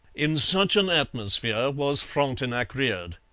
in such an atmosphere was frontenac reared.